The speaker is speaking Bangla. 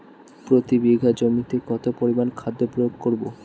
প্রতি বিঘা জমিতে কত পরিমান খাদ্য প্রয়োগ করব?